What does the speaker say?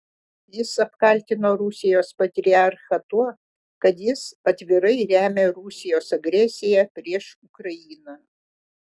jis apkaltino rusijos patriarchą tuo kad jis atvirai remia rusijos agresiją prieš ukrainą